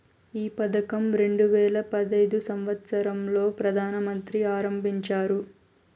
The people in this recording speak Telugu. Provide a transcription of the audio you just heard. ఈ పథకం రెండు వేల పడైదు సంవచ్చరం లో ప్రధాన మంత్రి ఆరంభించారు